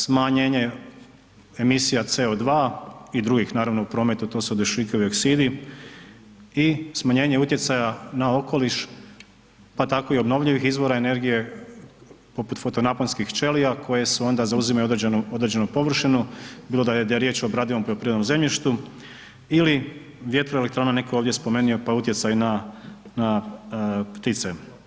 Smanjenje emisija CO2 i drugih naravno u prometu to su dušikovi oksidi i smanjenje utjecaja na okoliš pa tako i obnovljivih izvora energije poput fotonaponskih ćelija koje su onda, zauzimaju određenu površinu, bilo da je riječ o obradivom poljoprivrednom zemljištu ili vjetroelektrana, netko je ovdje spomenuo pa utjecaj na, na ptice.